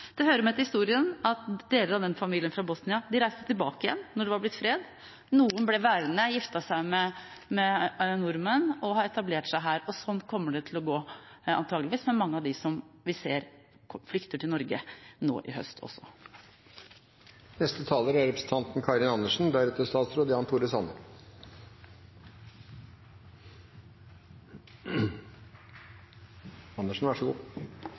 Det hører med til historien at deler av denne familien fra Bosnia reiste tilbake igjen da det var blitt fred. Noen ble værende, giftet seg med nordmenn og etablerte seg her, og sånn kommer det antakeligvis også til å gå med mange av dem som vi ser flykter til Norge nå i høst. Først til representanten